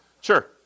Sure